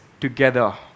together